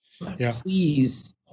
please